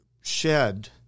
shed